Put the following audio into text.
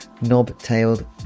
knob-tailed